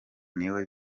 niwe